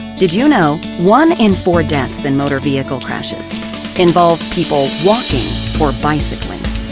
did you know? one in four deaths in motor vehicle crashes involve people walking or bicycling.